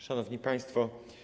Szanowni Państwo!